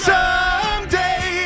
Someday